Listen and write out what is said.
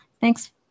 Thanks